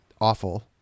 Awful